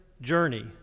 journey